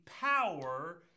power